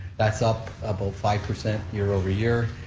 that's up about five percent year over year,